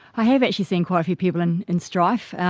i have actually seen quite a few people in in strife.